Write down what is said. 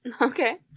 Okay